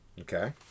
Okay